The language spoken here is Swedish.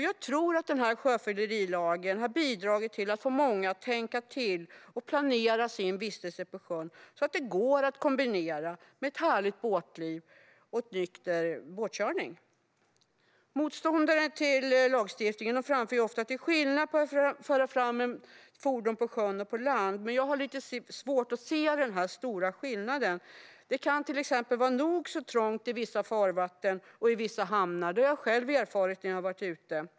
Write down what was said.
Jag tror att sjöfyllerilagen har bidragit till att få många att tänka till och planera sin vistelse på sjön så att det går att kombinera ett härligt båtliv med nykter båtkörning. Motståndarna till lagstiftningen framför ofta att det är skillnad mellan att föra fram ett fordon på sjön och att göra det på land. Jag har lite svårt att se någon stor skillnad. Det kan till exempel vara nog så trångt i vissa farvatten och hamnar - det har jag själv erfarit när jag har varit ute.